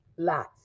lots